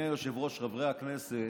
אדוני היושב-ראש, חברי הכנסת,